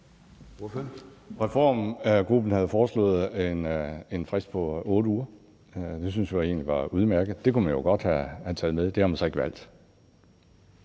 Reformgruppen havde foreslået en frist på 8 uger. Det synes jeg egentlig var udmærket. Det kunne man jo godt have taget med. Det har man så ikke valgt.